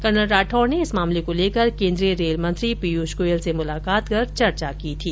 colonel Rathore ने इस मामले को लेकर केन्द्रीय रेलमंत्री पीयूष गोयल से मुलाकात कर चर्चा की थी